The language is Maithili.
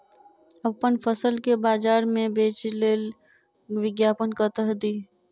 अप्पन फसल केँ बजार मे बेच लेल विज्ञापन कतह दी?